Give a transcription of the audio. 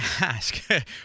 ask